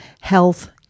health